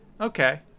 Okay